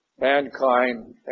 Mankind